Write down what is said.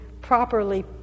properly